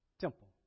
temple